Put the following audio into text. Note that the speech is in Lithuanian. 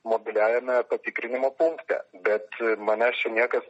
mobiliajame patikrinimo punkte bet manęs čia niekas